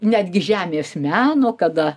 netgi žemės meno kada